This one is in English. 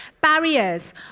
Barriers